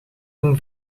een